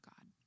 God